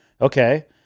Okay